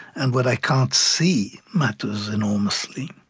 and what i can't see matters enormously.